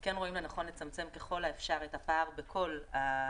כן רואים לנכון לצמצם ככל האפשר את הפער בכל הסעיפים